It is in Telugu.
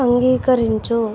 అంగీకరించు